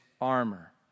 armor